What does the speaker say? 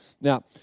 Now